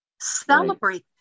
Celebrate